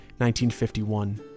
1951